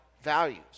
values